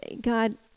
God